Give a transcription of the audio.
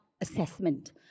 assessment